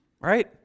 Right